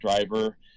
driver